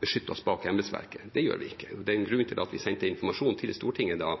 beskytte oss bak embetsverket. Det gjør vi ikke. Grunnen til at vi sendte informasjon til Stortinget da